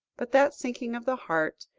but that sinking of the heart,